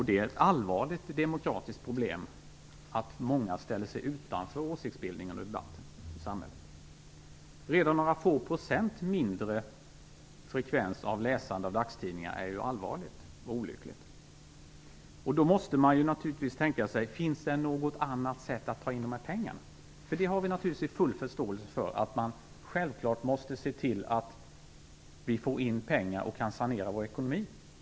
Det är ett allvarligt demokratiskt problem att många ställer sig utanför åsiktsbildningen och debatten i samhället. Redan några procents minskning i frekvensen för läsandet av dagstidningar är allvarlig och olycklig. Då måste man naturligtvis tänka: Finns det något annat sätt att ta in pengar? Vi har full förståelse för att man självklart måste se till att vi får in pengar och kan sanera vår ekonomi.